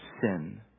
sin